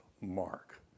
Mark